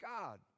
God